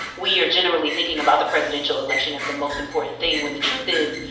we are generally thinking about the presidential election as the most important thing, when the truth is,